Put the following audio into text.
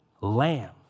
lamb